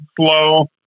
slow